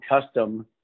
custom